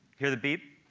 hear the beep?